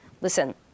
listen